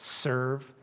serve